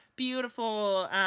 beautiful